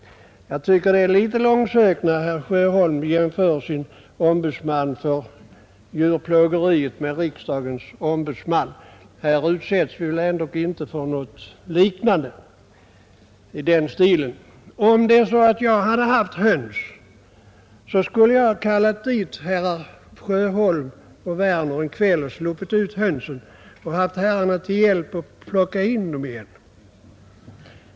Det är litet långsökt när herr Sjöholm jämför sin djurens ombudsman med riksdagens justitieombudsman. Här utsätts vi ändå inte för något liknande. Om jag hade haft höns, skulle jag en kväll ha släppt ut dem och kallat dit herrar Sjöholm och Werner för att hjälpa till att fånga in dem igen.